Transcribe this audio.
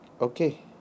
Okay